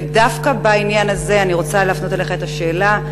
ודווקא בעניין הזה אני רוצה להפנות אליך את השאלה,